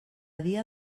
dia